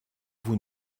vous